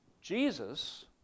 Jesus